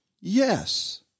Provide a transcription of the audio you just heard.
Yes